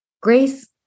Grace